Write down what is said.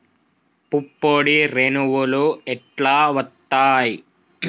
పుప్పొడి రేణువులు ఎట్లా వత్తయ్?